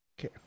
okay